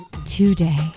today